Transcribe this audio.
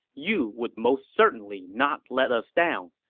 you would most certainly not let us down.